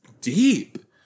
deep